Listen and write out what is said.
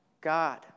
God